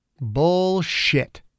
Bullshit